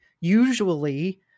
usually